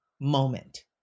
moment